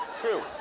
True